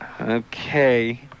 Okay